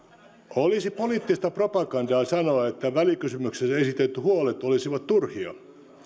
olisi poliittista propagandaa sanoa että välikysymyksessä esitetyt huolet olisivat turhia